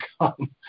come